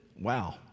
wow